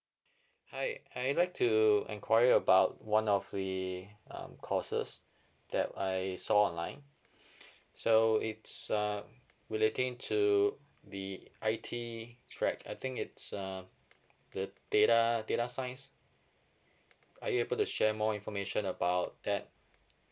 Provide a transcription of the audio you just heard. hi I'd like to inquire about one of the um courses that I saw online so it's uh relating to the I_T track I think it's uh the data data science are you able to share more information about that